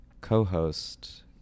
co-host